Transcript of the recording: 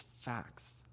facts